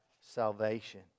salvation